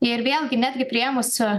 ir vėlgi netgi priėmusio